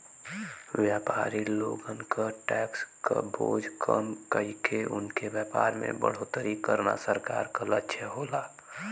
व्यापारी लोगन क टैक्स क बोझ कम कइके उनके व्यापार में बढ़ोतरी करना सरकार क लक्ष्य होला